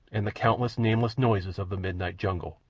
and the countless, nameless noises of the midnight jungle.